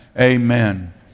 amen